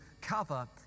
cover